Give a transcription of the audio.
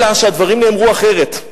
אלא שהדברים נאמרו אחרת,